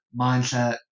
mindset